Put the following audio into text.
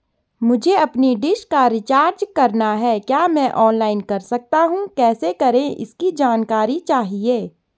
मुझे अपनी डिश का रिचार्ज करना है क्या मैं ऑनलाइन कर सकता हूँ कैसे करें इसकी जानकारी चाहिए?